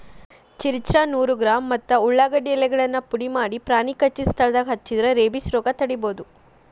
ಚಿರ್ಚ್ರಾ ನೂರು ಗ್ರಾಂ ಮತ್ತ ಉಳಾಗಡ್ಡಿ ಎಲೆಗಳನ್ನ ಪುಡಿಮಾಡಿ ಪ್ರಾಣಿ ಕಚ್ಚಿದ ಸ್ಥಳದಾಗ ಹಚ್ಚಿದ್ರ ರೇಬಿಸ್ ರೋಗ ತಡಿಬೋದು